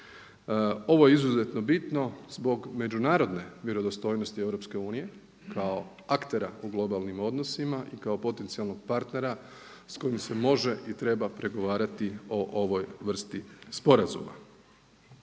Ovo je izuzetno bitno zbog međunarodne vjerodostojnosti EU kao aktera u globalnim odnosima i kao potencijalnog partnera s kojim se može i treba pregovarati o ovoj vrsti sporazuma.